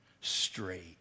straight